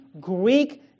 Greek